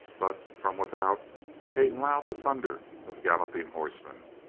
but from without came loud the thunder of galloping horsemen.